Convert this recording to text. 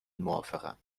موافقم